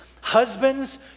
Husbands